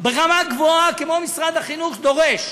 ברמה גבוהה, כמו שמשרד החינוך דורש,